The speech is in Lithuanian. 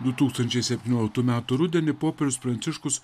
du tūkstančiai septynioliktų metų rudenį popiežius pranciškus